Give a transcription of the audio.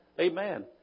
Amen